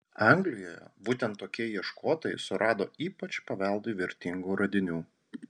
anglijoje būtent tokie ieškotojai surado ypač paveldui vertingų radinių